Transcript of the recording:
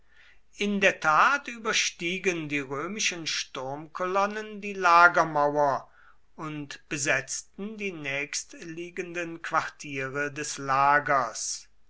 in der tat überstiegen die römischen sturmkolonnen die lagermauer und besetzten die nächstliegenden quartiere des lagers